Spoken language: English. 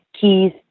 keys